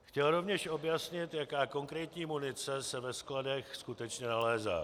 Chtěl rovněž objasnit, jaká konkrétní munice se ve skladech skutečně nalézá.